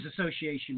association